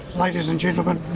ladies and gentlemen,